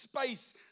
space